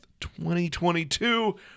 2022